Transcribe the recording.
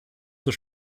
zur